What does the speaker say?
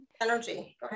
energy